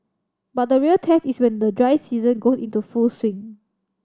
but the real test is when the dry season goes into full swing